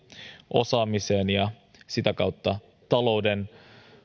osaamiseen ja sitä kautta talouden